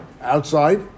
outside